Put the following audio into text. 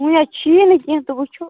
وُنہِ حَظ چھِیی نہٕ کہیٖنۍ تہٕ وُچھو